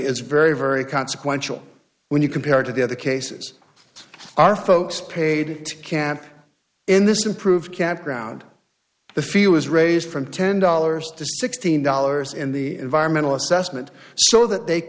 is very very consequential when you compare it to the other cases our folks paid to camp in this improved campground the feel was raised from ten dollars to sixteen dollars in the environmental assessment so that they